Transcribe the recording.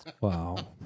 Wow